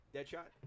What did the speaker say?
Deadshot